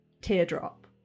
teardrop